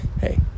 Hey